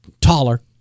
taller